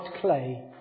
clay